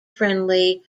friendly